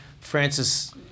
Francis